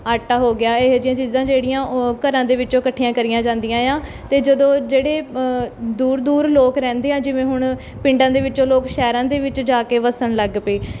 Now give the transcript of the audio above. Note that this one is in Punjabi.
ਆਟਾ ਹੋ ਗਿਆ ਇਹੋ ਜਿਹੀਆਂ ਚੀਜ਼ਾਂ ਜਿਹੜੀਆਂ ਘਰਾਂ ਦੇ ਵਿੱਚੋਂ ਇਕੱਠੀਆਂ ਕਰੀਆਂ ਜਾਂਦੀਆਂ ਆ ਅਤੇ ਜਦੋਂ ਜਿਹੜੇ ਦੂਰ ਦੂਰ ਲੋਕ ਰਹਿੰਦੇ ਆ ਜਿਵੇਂ ਹੁਣ ਪਿੰਡਾਂ ਦੇ ਵਿੱਚੋਂ ਲੋਕ ਸ਼ਹਿਰਾਂ ਦੇ ਵਿੱਚ ਜਾ ਕੇ ਵੱਸਣ ਲੱਗ ਪਏ